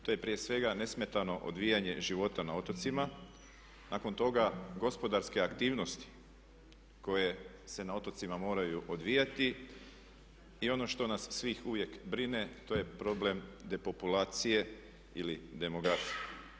To je prije svega nesmetano odvijanje života na otocima, nakon toga gospodarske aktivnosti koje se na otocima moraju odvijati i ono što nas svih uvijek brine to je problem depopulacije ili demografije.